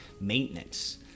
maintenance